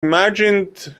imagined